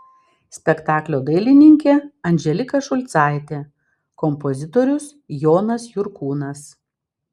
spektaklio dailininkė andželika šulcaitė kompozitorius jonas jurkūnas